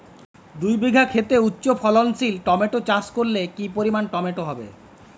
দুই বিঘা খেতে উচ্চফলনশীল টমেটো চাষ করলে কি পরিমাণ টমেটো হবে?